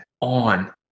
on